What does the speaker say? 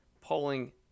polling